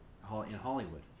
Hollywood